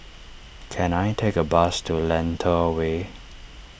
can I take a bus to Lentor Way